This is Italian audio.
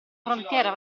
frontiera